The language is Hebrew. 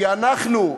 כי אנחנו,